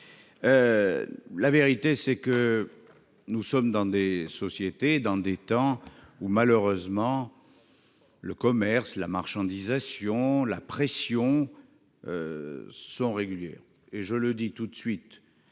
La vérité, c'est que nous vivons dans des sociétés, en des temps où, malheureusement, le commerce, la marchandisation, la pression sont réguliers. Et je dis tout de suite